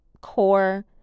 core